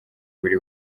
buri